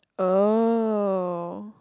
oh